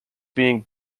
being